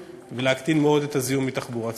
ולהקטין מאוד את הזיהום מתחבורה ציבורית.